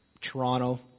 Toronto